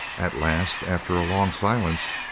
at last, after a long silence,